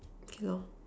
okay lor